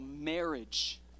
marriage